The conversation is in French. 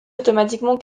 automatiquement